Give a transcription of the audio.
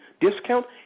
discount